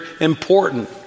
important